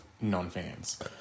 non-fans